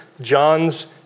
John's